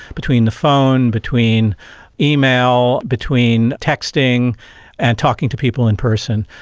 between the phone, between email, between texting and talking to people in person,